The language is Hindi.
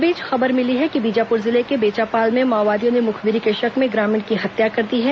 इस बीच खबर मिली है कि बीजापुर जिले के बेचापाल में माओवादियों ने मुखबिरी के शक में एक ग्रामीण की हत्या कर दी है